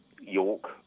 York